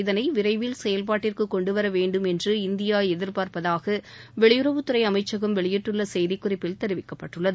இதனை விரைவில் செயல்பாட்டிற்கு கொண்டுவர வேண்டும் என்று இந்தியா எதிர்பார்ப்பதாக வெளியுறவுத்துறை அமைச்சகம் வெளியிட்டுள்ள செய்திக் குறிப்பில் தெரிவிக்கப்பட்டுள்ளது